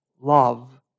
love